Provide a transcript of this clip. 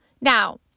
Now